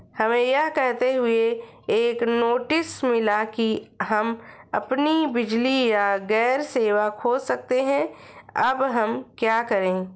हमें यह कहते हुए एक नोटिस मिला कि हम अपनी बिजली या गैस सेवा खो सकते हैं अब हम क्या करें?